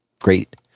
Great